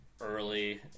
early